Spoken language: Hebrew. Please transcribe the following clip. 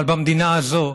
אבל במדינה הזאת,